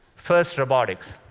first, robotics.